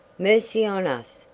mercy on us!